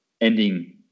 ending